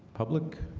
public